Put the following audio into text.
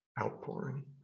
outpouring